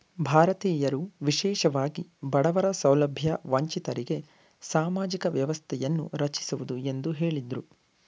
ಭಾರತೀಯರು ವಿಶೇಷವಾಗಿ ಬಡವರ ಸೌಲಭ್ಯ ವಂಚಿತರಿಗೆ ಸಾಮಾಜಿಕ ವ್ಯವಸ್ಥೆಯನ್ನು ರಚಿಸುವುದು ಎಂದು ಹೇಳಿದ್ರು